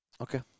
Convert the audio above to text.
Okay